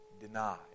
denied